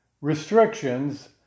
restrictions